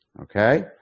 Okay